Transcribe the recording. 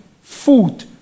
food